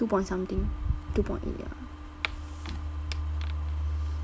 two point something two point eight ya